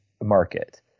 market